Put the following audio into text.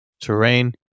Terrain